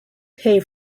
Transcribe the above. pay